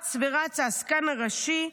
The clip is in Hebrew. אץ ורץ העסקן הראשי,